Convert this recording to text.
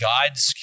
God's